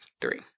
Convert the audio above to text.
three